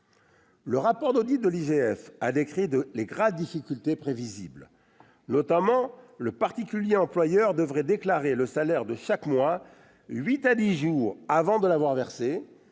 Le rapport d'audit de l'IGF a décrit les graves difficultés prévisibles. Notamment, le particulier employeur devrait déclarer le salaire de chaque mois huit à dix jours avant de l'avoir versé,